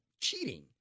cheating